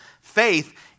faith